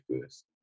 first